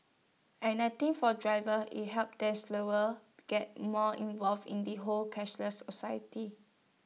and I think for drivers IT helps them slower get more involved in the whole cashless A society